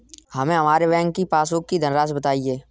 हमें हमारे बैंक की पासबुक की धन राशि बताइए